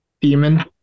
Demon